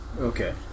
Okay